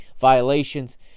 violations